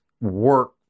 work